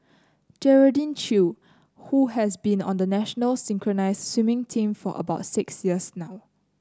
Geraldine Chew who has been on the national synchronised swimming team for about six years now